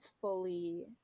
fully